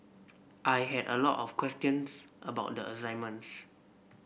I had a lot of questions about the assignments